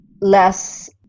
less